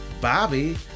Bobby